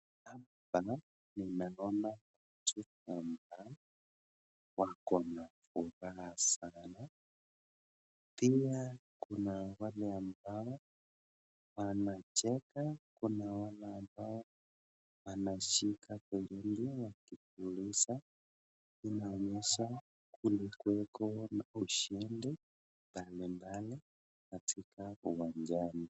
Hapa ninaona watua ambao wako na furaha sana, pia kuna wale ambao wanacheka kuna wale ambao wanashika firimbi wakipuliza , inaonyesha kulikuweko na ushindi mbalimba